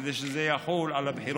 כדי שזה יחול על הבחירות הקרובות.